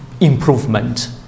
improvement